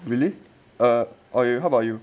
really ah okay how about you